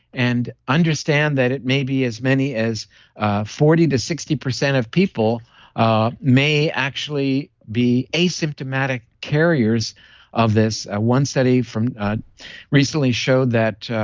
and understand that it may be as many as forty to sixty percent of people ah may actually be asymptomatic carriers of this. ah one study recently showed that,